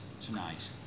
tonight